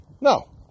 No